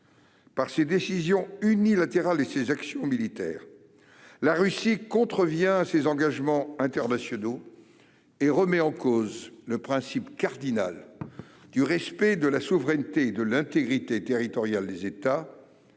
Par ses décisions unilatérales et ses actions militaires, la Russie contrevient à ses engagements internationaux et remet en cause le principe cardinal du respect de la souveraineté de l'intégrité territoriale des États,